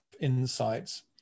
insights